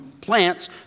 plants